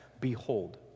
Behold